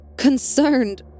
concerned